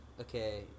okay